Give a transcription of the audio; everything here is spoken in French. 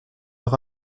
leur